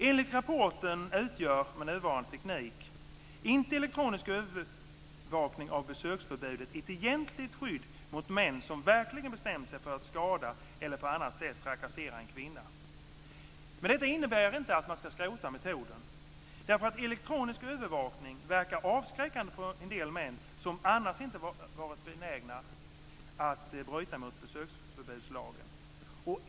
Enligt rapporten utgör inte, med nuvarande teknik, elektronisk övervakning av besöksförbudet något egentligt skydd mot män som verkligen bestämt sig för att skada eller på annat sätt trakassera en kvinna. Men detta innebär inte att man ska skrota metoden. Elektronisk övervakning verkar avskräckande på en del män som annars varit benägna att bryta mot besöksförbudslagen.